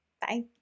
Bye